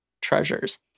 treasures